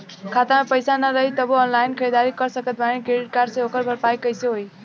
खाता में पैसा ना रही तबों ऑनलाइन ख़रीदारी कर सकत बानी क्रेडिट कार्ड से ओकर भरपाई कइसे होई?